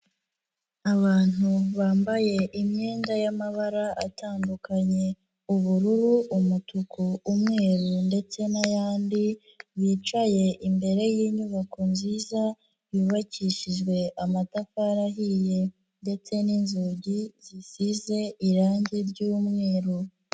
Abantu bambaye imyenda y'amabara atandukanye ubururu, umutuku, umweru ndetse n'ayandi, bicaye imbere y'inyubako nziza yubakishijwe amatafari ahiye ndetse n'inzugi zisize irangi ry'umweru.